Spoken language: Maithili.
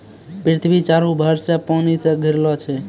पृथ्वी चारु भर से पानी से घिरलो छै